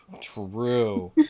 true